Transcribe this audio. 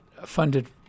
Funded